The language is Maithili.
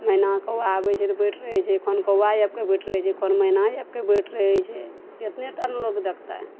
मैना कौआ आबै छै तऽ बैस रहै छै खन कौआ आबि कऽ बैस रहै छै खन मैना आबि कऽ बैस रहै छै एतने टा ने लोग देखतै